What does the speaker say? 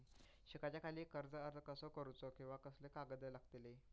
शिकाच्याखाती कर्ज अर्ज कसो करुचो कीवा कसले कागद लागतले?